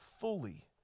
fully